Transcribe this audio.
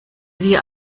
sie